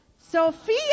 Sophia